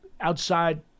outside